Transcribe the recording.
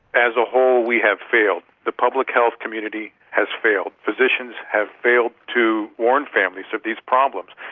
as a whole we have failed, the public health community has failed, physicians have failed to warn families of these problems.